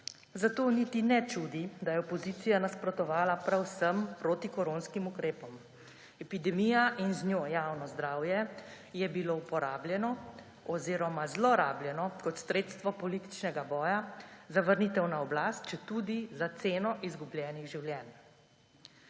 Zato niti ne čudi, da je opozicija nasprotovala prav vsem protikoronskim ukrepom. Epidemija in z njo javno zdravje je bilo uporabljeno oziroma zlorabljeno kot sredstvo političnega boja za vrnitev na oblast, četudi za ceno izgubljenih življenj.